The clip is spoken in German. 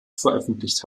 veröffentlicht